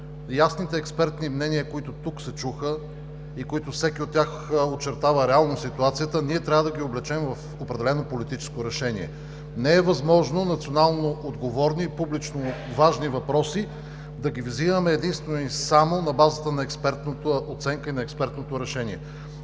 ясните експертни мнения, които тук се чуха и всеки от тях очертава реално ситуацията, ние трябва да ги облечем в определено политическо решение. Не е възможно национално отговорни и публично важни въпроси да ги вземаме единствено и само на базата на експертната оценка и на експертното решение.